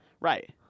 Right